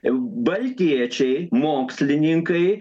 baltiečiai mokslininkai